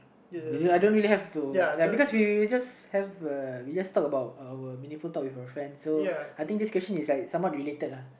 which I don't really have to like because we we just have uh we just talk about our meaningful talk with our friends I think this question is like somewhat related lah